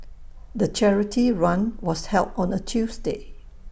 the charity run was held on A Tuesday